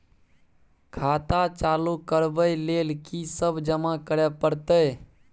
खाता चालू करबै लेल की सब जमा करै परतै?